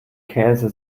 käse